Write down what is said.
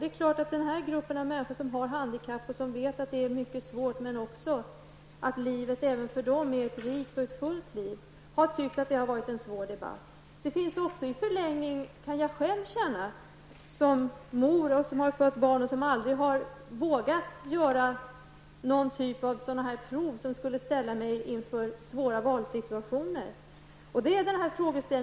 Det är klart att handikappade människor som har det mycket svårt men ändå lever ett fullt och rikt liv tycker att detta är en svår debatt. Jag är själv mor och har fött barn, men jag har aldrig vågat genomgå något av de prov som skulle ställa mig inför svåra valsituationer.